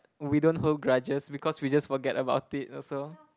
we don't hold grudges because we just forget about it also